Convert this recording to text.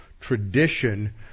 tradition